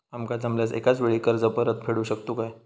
आमका जमल्यास एकाच वेळी कर्ज परत फेडू शकतू काय?